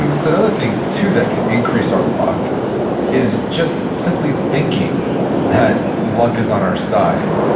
and so another thing too that can increase our luck is just simply thinking that luck is on our side.